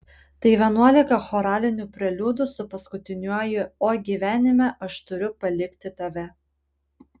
tai vienuolika choralinių preliudų su paskutiniuoju o gyvenime aš turiu palikti tave